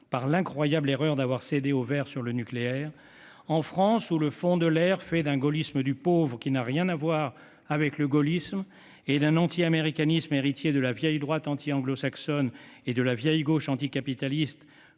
l'incroyable erreur de céder aux Verts sur le nucléaire. En France, le fond de l'air, fait d'un gaullisme du pauvre qui n'a rien à voir avec le gaullisme et d'un antiaméricanisme héritier de la vieille droite anti-anglo-saxonne et de la vieille gauche anticapitaliste,